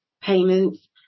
payments